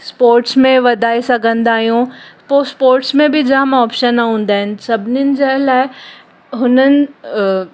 sports में वधाए सघंदा आहियूं पोइ स्पोर्ट्स में बि जामु ऑप्शन हूंदा आहिनि सभिनिनि जे लाइ हुननि